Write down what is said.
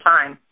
Time